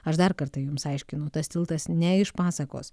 aš dar kartą jums aiškinu tas tiltas ne iš pasakos